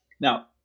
Now